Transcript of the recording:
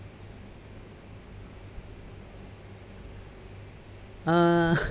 err